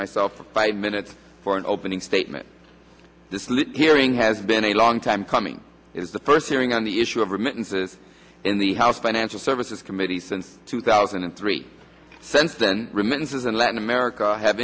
myself five minutes for an opening statement this hearing has been a long time coming it is the first hearing on the issue of remittances in the house financial services committee since two thousand and three cents and remittances in latin america have